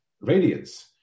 radiance